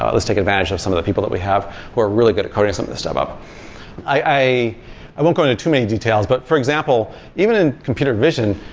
let's take advantage of some of the people that we have who are really good at coding some of the stuff up i i won't go into too many details, but for example even in computer vision,